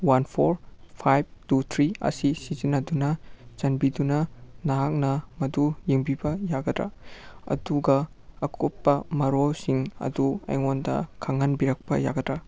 one four five two three ꯑꯁꯤ ꯁꯤꯖꯤꯟꯅꯗꯨꯅ ꯆꯥꯟꯕꯤꯗꯨꯅ ꯅꯍꯥꯛꯅ ꯃꯗꯨ ꯌꯦꯡꯕꯤꯕ ꯌꯥꯒꯗ꯭ꯔꯥ ꯑꯗꯨꯒ ꯑꯀꯨꯞꯄ ꯃꯔꯣꯜꯁꯤꯡ ꯑꯗꯨ ꯑꯩꯉꯣꯟꯗ ꯈꯪꯍꯟꯕꯤꯔꯛꯄ ꯌꯥꯒꯗ꯭ꯔꯥ